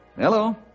Hello